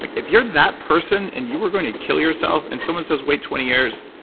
like if you're that person, and you were going to kill yourself and someone says, wait twenty years.